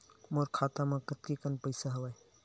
मोर खाता म कतेकन पईसा हवय?